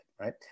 right